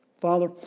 Father